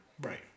Right